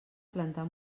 plantar